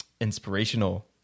inspirational